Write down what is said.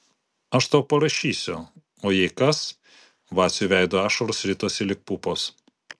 aš tau parašysiu o jei kas vaciui veidu ašaros ritosi lyg pupos